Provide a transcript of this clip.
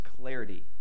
clarity